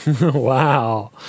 Wow